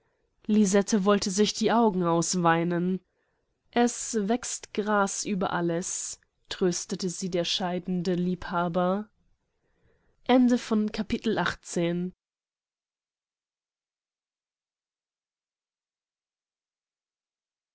lisette wollte sich die augen ausweinen es wächst gras über alles tröstete sie der scheidende liebhaber